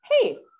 hey